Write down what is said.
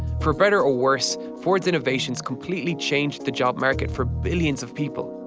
for better or worse ford's innovations completely changed the job market for billions of people.